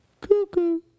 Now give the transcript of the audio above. cuckoo